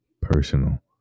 personal